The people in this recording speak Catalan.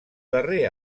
darrer